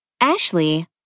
Ashley